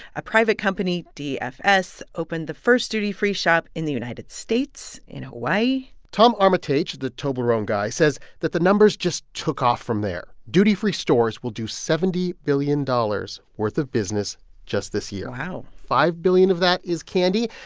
a private company, dfs, opened the first duty-free shop in the united states in hawaii tom armitage, the toblerone guy, says that the numbers just took off from there. duty-free stores will do seventy billion dollars worth of business just this year wow five billion of that is candy,